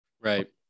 right